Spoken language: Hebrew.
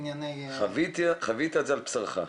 חווית את זה על בשרך.